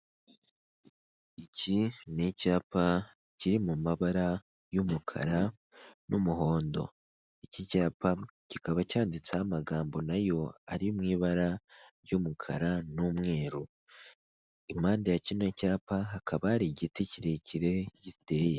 Iki ni icyapa kiri mu mabara y'umukara n'umuhondo, iki cyapa kikaba cyanditseho amagambo nayo ari mu ibara ry'umukara n'umweru impande ya kino cyapa hakaba hari igiti kirekire giteye.